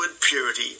purity